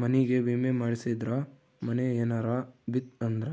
ಮನಿಗೇ ವಿಮೆ ಮಾಡ್ಸಿದ್ರ ಮನೇ ಯೆನರ ಬಿತ್ ಅಂದ್ರ